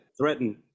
threaten